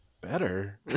better